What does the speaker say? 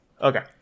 okay